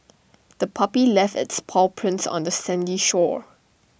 the puppy left its paw prints on the sandy shore